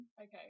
Okay